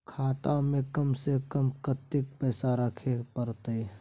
खाता में कम से कम कत्ते पैसा रखे परतै?